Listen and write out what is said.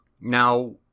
Now